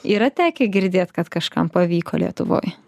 yra tekę girdėt kad kažkam pavyko lietuvoj